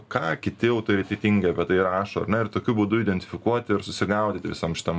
ką kiti autoritetingi apie tai rašo ar ne ir tokiu būdu identifikuoti ir susigaudyti visam šitam